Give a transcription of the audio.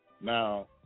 now